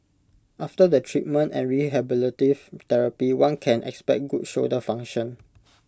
after the treatment and rehabilitative therapy one can expect good shoulder function